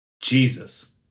Jesus